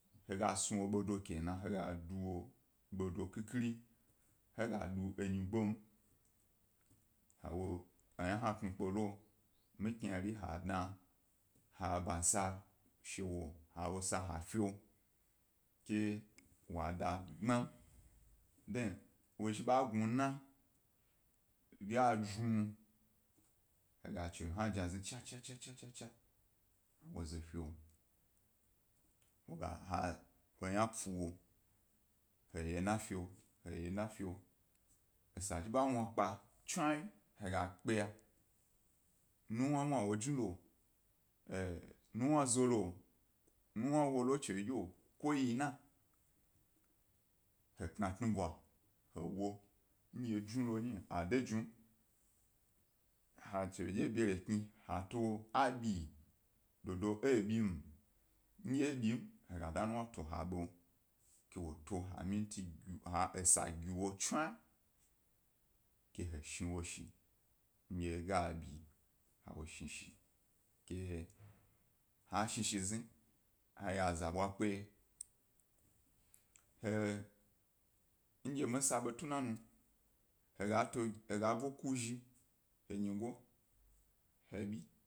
He gas nu wo, he ga do wo ḃedo khikhiri, he ga do enyi gbma, he yna hna ku kpe lo mi knare he dna, ha ḃansa, shewo he wo sa ha fi ke wo da gbmi, de wo zhi ḃa gnu na, ga ju he ga chiwyi hna jni cha-cha-cha he ze fiwo, he yna pnu he ye na fiwo, esa zhi ḃa mwna kpe tsiwyi he ga kpeya nuwna mow o jnu lo, nuwna zo lo, nluwna wo lo e chi wyi dye lo, ko yi yina. Hekna tnabwa he wo, ndye julo nyi a de jum, he ga towo a bi dodo abim, ndye abim he ga nuwna to bo ke he da esa gi wo tsiwyi ke he shi wo shin dye ga bi. Ke he shini shi zne he ye azubwa kpe, dye misa aḃe to na nu he ga eḃu kushi ha nyigo, ha abi.